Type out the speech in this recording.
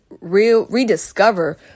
rediscover